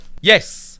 yes